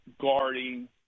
guarding